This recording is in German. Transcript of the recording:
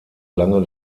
lange